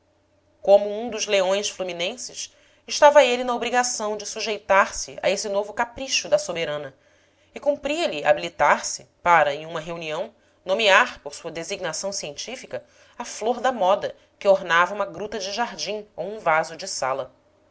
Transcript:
como um dos leões fluminenses estava ele na obrigação de sujeitar-se a esse novo capricho da soberana e cumpria-lhe habilitar se para em uma reunião nomear por sua designação científica a flor da moda que ornava uma gruta de jardim ou um vaso de sala